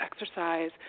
exercise